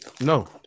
No